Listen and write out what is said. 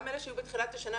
גם אלו שהיו בתחילת השנה,